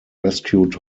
rescued